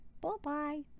Bye-bye